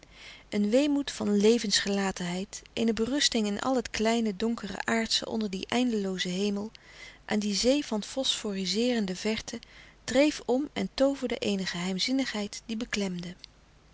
een weemoed van levensgelatenheid eene berusting in al het kleine donkere aardsche onder dien eindeloozen hemel aan die zee van fosforizeerende verte dreef om en tooverde eene geheimzinnigheid die beklemde